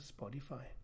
Spotify